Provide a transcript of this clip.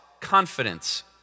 confidence